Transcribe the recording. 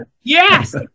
yes